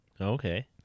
Okay